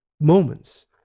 moments